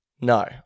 no